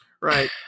Right